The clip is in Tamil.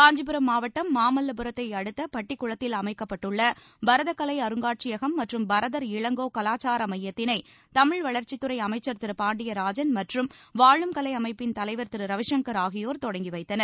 காஞ்சிபுரம் மாவட்டம் மாமல்லபுரத்தையடுத்த பட்டிக்குளத்தில் அமைக்கப்பட்டுள்ள பரதக்கலை அருங்காட்சியகம் மற்றும் பரதர் இளங்கோ கலாச்சார மையத்தினை தமிழ் வளர்ச்சித்துறை அமைச்சர் பாண்டியராஜன் வாழும் திரு மற்றும் கலை அமைப்பின் தலைவர் திரு ரவிசங்கர் ஆகியோர் தொடங்கி வைத்தனர்